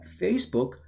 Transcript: Facebook